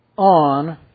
on